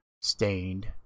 Stained